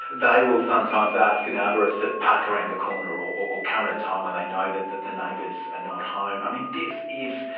they will sometimes ask an arborist to park around the corner or come at a time when they know that that the neighbours are not home. this is,